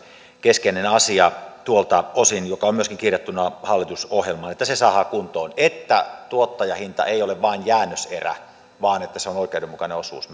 keskeinen asia tuolta osin joka on myöskin kirjattuna hallitusohjelmaan että se saadaan kuntoon että tuottajahinta ei ole vain jäännöserä vaan se on oikeudenmukainen osuus